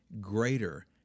greater